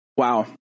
Wow